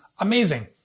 Amazing